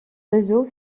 réseau